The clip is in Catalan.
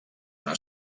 una